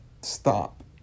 stop